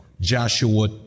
Joshua